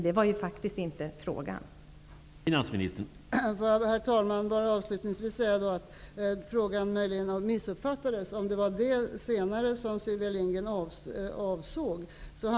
Det var faktiskt inte det som jag avsåg med min fråga.